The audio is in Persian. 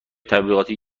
تبلیغاتی